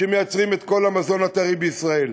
שמייצרים את כל המזון הטרי בישראל.